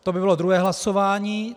To by bylo druhé hlasování.